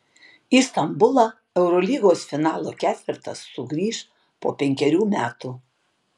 į stambulą eurolygos finalo ketvertas sugrįš po penkerių metų